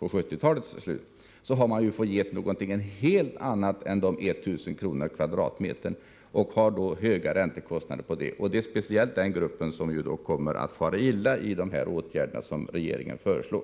1960-talets slut, då har man fått betala något helt annat än dessa 1000 kr. per m? och man har då höga räntekostnader. Det är speciellt den gruppen som kommer att fara illa med de åtgärder som regeringen föreslår.